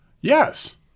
Yes